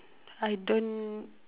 I don't